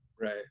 Right